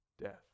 death